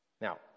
Now